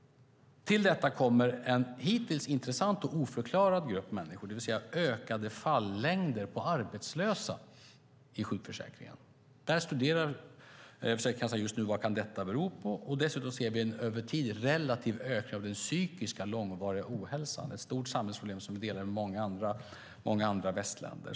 Till detta kommer en intressant och hittills oförklarad grupp människor. Det handlar om ökade fallängder på arbetslösa i sjukförsäkringen. Försäkringskassan studerar just nu vad detta kan bero på. Dessutom ser vi över tid en relativ ökning av den psykiska långvariga ohälsan. Det är ett stort samhällsproblem som vi delar med många andra västländer.